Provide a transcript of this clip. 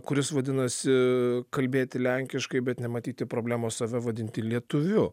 kuris vadinasi kalbėti lenkiškai bet nematyti problemos save vadinti lietuviu